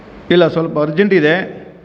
ಇಲ್ಲ ಸ್ವಲ್ಪ ಅರ್ಜೆಂಟಿದೆ